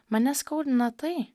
mane skaudina tai